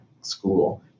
school